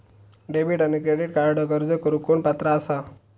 Debit आणि credit कार्डक अर्ज करुक कोण पात्र आसा?